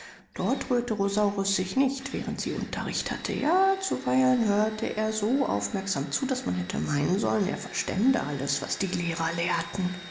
dort rührte rosaurus sich nicht während sie unterricht hatte ja zuweilen hörte er so aufmerksam zu daß man hätte meinen sollen er verstände alles was die lehrer lehrten